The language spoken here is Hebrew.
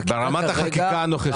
ברמת החקיקה הנוכחית.